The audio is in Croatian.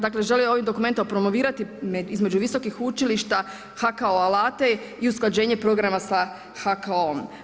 Dakle, želi ovim dokumentom promovirati između visokih učilišta, HKO alate i usklađenje programa sa HKO-om.